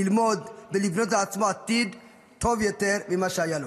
ללמוד ולבנות לעצמו עתיד טוב יותר ממה שהיה לו.